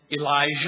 Elijah